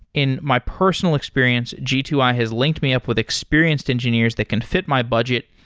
in my personal experience, g two i has linked me up with experienced engineers that can fit my budget,